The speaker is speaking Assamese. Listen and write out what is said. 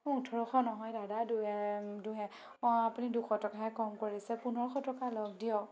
ওঠৰশ নহয় দাদা অঁ আপুনি অকল দুশ টকাহে কম কৰিছে পোন্ধৰশ টকা লওঁক দিয়ক